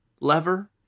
lever